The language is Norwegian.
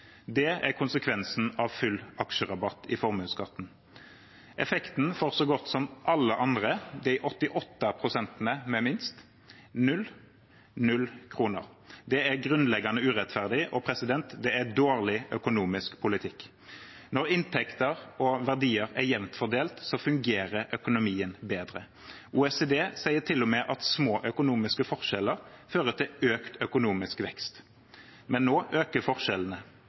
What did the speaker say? Det er konsekvensen av full aksjerabatt i formuesskatten. Effekten for så godt som alle andre, de 88 pst. med minst, er null – null! – kroner. Det er grunnleggende urettferdig, og det er dårlig økonomisk politikk. Når inntekter og verdier er jevnt fordelt, fungerer økonomien bedre. OECD sier til og med at små økonomiske forskjeller fører til økt økonomisk vekst. Men nå øker forskjellene.